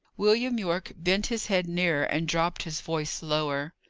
william yorke bent his head nearer, and dropped his voice lower.